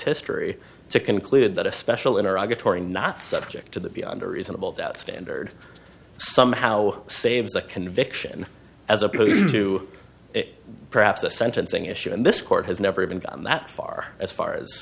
history to conclude that a special in or i get turing not subject to the beyond a reasonable doubt standard somehow saves a conviction as opposed to perhaps a sentencing issue and this court has never even gotten that far as far as